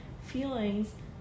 feelings